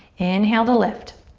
inhale to lift.